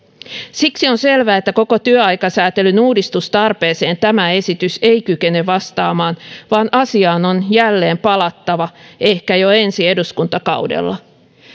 siksi on selvää että koko työaikasäätelyn uudistustarpeeseen tämä esitys ei kykene vastaamaan vaan asiaan on jälleen palattava ehkä jo ensi eduskuntakaudella